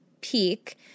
peak